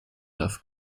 darf